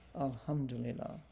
Alhamdulillah